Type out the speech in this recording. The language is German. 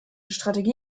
strategie